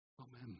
Amen